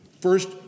First